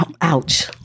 Ouch